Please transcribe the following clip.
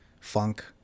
funk